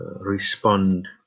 respond